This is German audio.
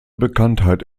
bekanntheit